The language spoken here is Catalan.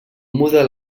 model